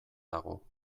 dago